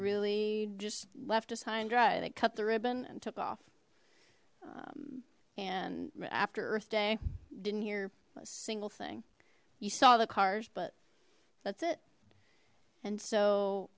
really just left us high and dry they cut the ribbon and took off and after earth day didn't hear a single thing you saw the cars but that's it and so